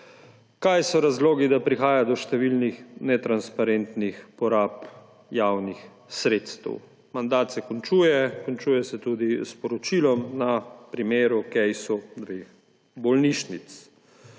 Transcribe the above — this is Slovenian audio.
kaj so razlogi, da prihaja do številnih netransparentnih porab javnih sredstev. Mandat se končuje, končuje se tudi s poročilom na primeru bolnišnic.